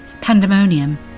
Pandemonium